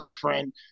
friend